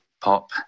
pop